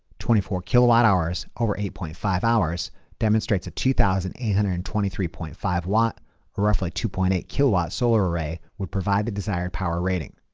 twenty four kilowatt hours over eight point five hours demonstrates a two thousand eight hundred and twenty three point five watt or roughly two point eight kilowatt solar array would provide the desired power rating.